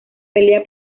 pelea